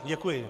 Děkuji.